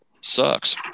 Sucks